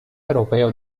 europeo